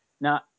Now